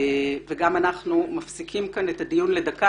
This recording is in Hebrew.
אנחנו מפסיקים את הדיון לדקה.